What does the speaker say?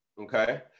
Okay